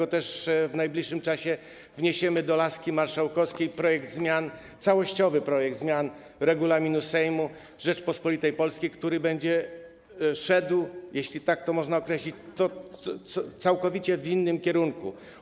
W związku z tym w najbliższym czasie wniesiemy do laski marszałkowskiej całościowy projekt zmian Regulaminu Sejmu Rzeczypospolitej Polskiej, który będzie szedł, jeśli tak to można określić, całkowicie w innym kierunku.